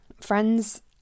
Friends